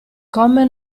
come